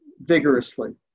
vigorously